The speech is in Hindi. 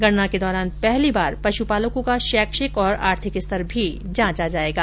गणना के दौरान पहली बार पशुपालकों का शैक्षिक और आर्थिक स्तर भी जांचा जायेगा